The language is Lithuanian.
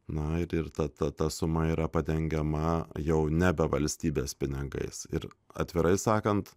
na ir ta ta suma yra padengiama jau nebe valstybės pinigais ir atvirai sakant